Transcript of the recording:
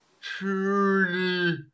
truly